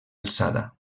alçada